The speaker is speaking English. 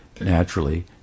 naturally